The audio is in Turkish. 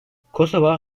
kosova